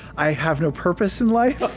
i have no purpose in life.